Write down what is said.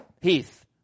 Heath